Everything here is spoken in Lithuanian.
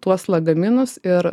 tuos lagaminus ir